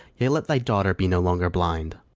yet let thy daughter be no longer blind.